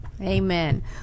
Amen